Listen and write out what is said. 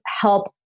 help